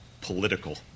political